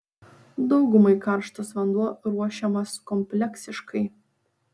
daugumai karštas vanduo ruošiamas kompleksiškai